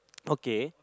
okay